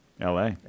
LA